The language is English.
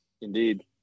Indeed